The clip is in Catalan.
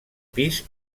pis